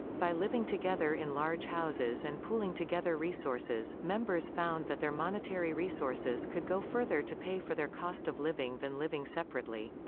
by living together in large houses and pooling together resources, members found that their monetary resources could go further to pay for their cost of living than living separately.